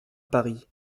paris